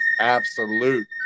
absolute